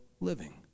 living